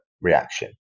reaction